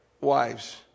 wives